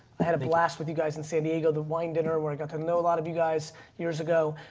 i had a blast with you guys in san diego, the wine dinner where i got to know a lot of you guys years ago.